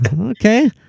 Okay